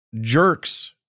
jerks